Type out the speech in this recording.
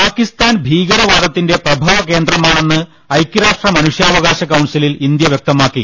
പാക്കിസ്ഥാൻ ഭീകരവാദത്തിന്റെ പ്രഭവകേന്ദ്രമാണെന്ന് ഐക്യരാഷ്ട്ര മനുഷ്യാവകാശ കൌൺസിലിൽ ഇന്ത്യ വ്യക്ത മാക്കി